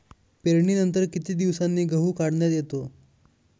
पेरणीनंतर किती दिवसांनी गहू काढण्यात येतो?